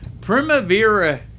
Primavera